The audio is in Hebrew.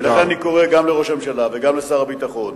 לכן, אני קורא גם לראש הממשלה וגם לשר הביטחון